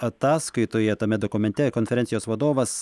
ataskaitoje tame dokumente konferencijos vadovas